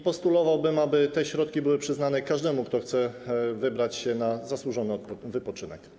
Postulowałbym, aby te środki były przyznane każdemu, kto chce wybrać się na zasłużony wypoczynek.